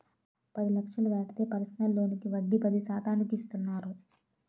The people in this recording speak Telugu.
పది లక్షలు దాటితే పర్సనల్ లోనుకి వడ్డీ పది శాతానికి ఇస్తున్నారు